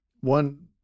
One